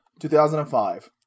2005